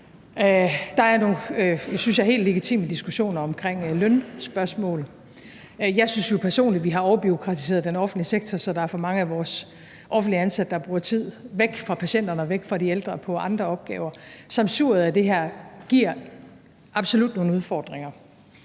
synes jeg, helt legitime diskussioner omkring lønspørgsmål. Jeg synes jo personligt, at vi har overbureaukratiseret den offentlige sektor, så der er for mange af vores offentligt ansatte, der bruger tid væk fra patienterne og væk fra de ældre på andre opgaver. Sammensuriet af det her giver absolut nogle udfordringer.